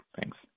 Thanks